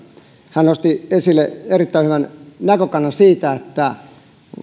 hän nosti esille erittäin hyvän näkökannan siitä että